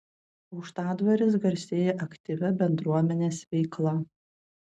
aukštadvaris garsėja aktyvia bendruomenės veikla